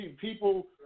people